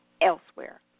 elsewhere